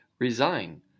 Resign